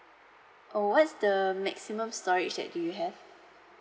oh what's the maximum storage that do you have